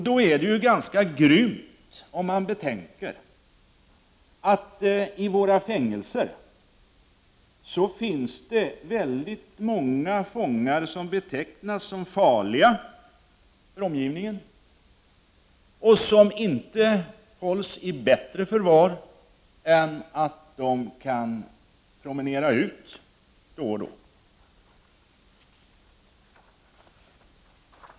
Då är det ganska grymt, om man betänker att det i våra fängelser finns många fångar som betecknas som farliga för omgivningen och som inte hålls i bättre förvar än att de kan promenera ut då och då.